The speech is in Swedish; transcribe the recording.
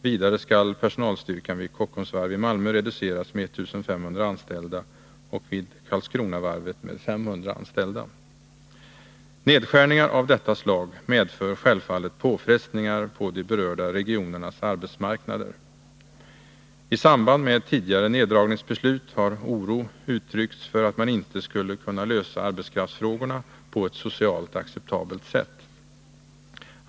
Vidare skall personalstyrkan vid Kockums Varv i Malmö reduceras med 1 500 anställda och vid Karlskronavarvet med 500 anställda. Nedskärningar av detta slag medför självfallet påfrestningar på de berörda regionernas arbetsmarknader. I samband med tidigare neddragningsbeslut har oro uttryckts för att man inte skulle kunna lösa arbetskraftsfrågorna på ett socialt acceptabelt sätt.